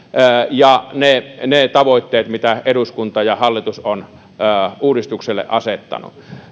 ja ne ne tavoitteet mitä eduskunta ja hallitus ovat uudistukselle asettaneet